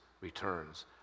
returns